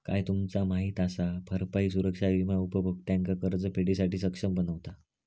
काय तुमचा माहित असा? भरपाई सुरक्षा विमा उपभोक्त्यांका कर्जफेडीसाठी सक्षम बनवता